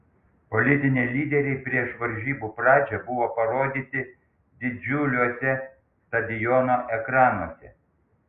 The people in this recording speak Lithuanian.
politiniai lyderiai prieš varžybų pradžią buvo parodyti didžiuliuose stadiono ekranuose